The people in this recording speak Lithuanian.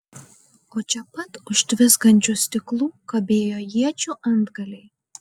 o čia pat už tviskančių stiklų kabėjo iečių antgaliai